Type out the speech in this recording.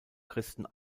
christen